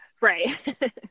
Right